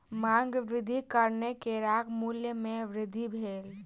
मांग वृद्धिक कारणेँ केराक मूल्य में वृद्धि भेल